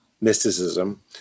mysticism